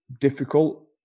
difficult